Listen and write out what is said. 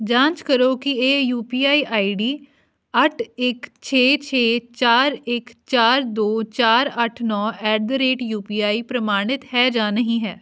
ਜਾਂਚ ਕਰੋ ਕਿ ਇਹ U P I I D ਅੱਠ ਇੱਕ ਛੇ ਛੇ ਚਾਰ ਇੱਕ ਚਾਰ ਦੋ ਚਾਰ ਅੱਠ ਨੌ at the rate U P I ਪ੍ਰਮਾਣਿਤ ਹੈ ਜਾਂ ਨਹੀਂ ਹੈ